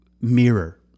mirror